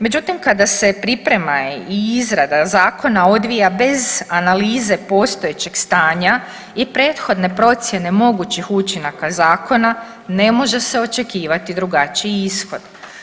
Međutim, kada se priprema i izrada zakona odvija bez analize postojećeg stanja i prethodne procjene mogućih učinaka zakona ne može se očekivati drugačiji ishod.